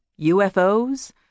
UFOs